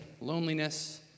loneliness